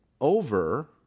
over